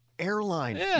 airline